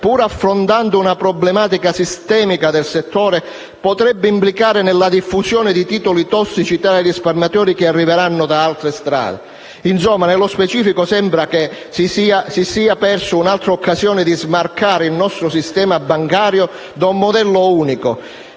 pur affrontando una problematica sistemica del settore, potrebbero implicare la diffusione di titoli tossici tra i risparmiatori che arriveranno da altre strade. Insomma, nello specifico sembra si sia persa un'altra occasione di smarcare il nostro sistema bancario da un modello unico;